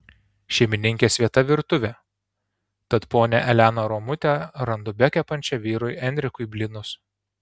šeimininkės vieta virtuvė tad ponią eleną romutę randu bekepančią vyrui enrikui blynus